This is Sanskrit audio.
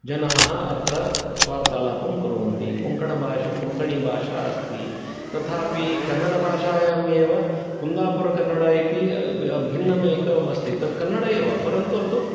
जनाः अत्र स्व वार्तालापं कुर्वन्ति कोङ्कणभाषा कोङ्कणी भाषा अस्ति तथापि कन्नडभाषायाम् एव कुन्दापुरकन्नडम् इति भिन्नम् एकम् अस्ति तत् कन्नडम् एव परन्तु अतः